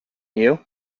you